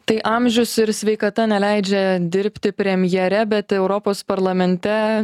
tai amžius ir sveikata neleidžia dirbti premjere bet europos parlamente